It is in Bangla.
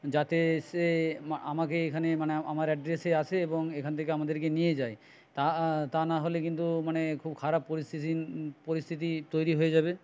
যাতে সে আমাকে এখানে মানে আমার অ্যাড্রেসে আসে এবং এখান থেকে আমাদেরকে নিয়ে যায় তা না হলে কিন্তু মানে খুব খারাপ পরিস্থিতি তৈরি হয়ে যাবে